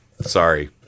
sorry